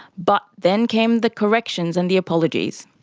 but then came the corrections and the apologies.